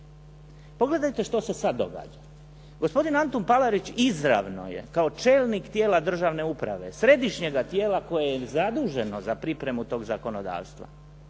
Pogledajte što se sad događa. Gospodin Antun Palarić izravno je kao čelnik tijela državne uprave središnjega tijela koje je zaduženo za pripremu tog zakonodavstva